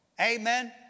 Amen